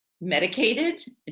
medicated